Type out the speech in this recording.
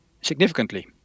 significantly